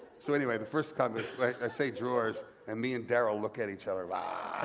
so anyway the first kind of i say drawers and me and darryl look at each other, ahhhh.